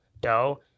dough